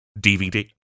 DVD